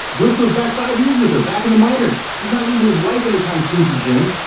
blipped goes back five years with her back in the minors. he's not leaving his wife anytime soon for jenny.